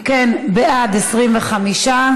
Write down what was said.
אם כן, בעד, 25,